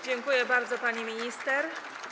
Dziękuję bardzo, pani minister.